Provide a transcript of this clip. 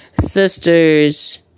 Sisters